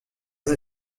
sie